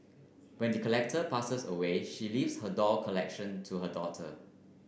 when the collector passes away she leaves her doll collection to her daughter